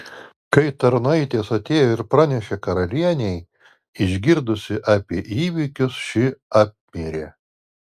kai tarnaitės atėjo ir pranešė karalienei išgirdusi apie įvykius ši apmirė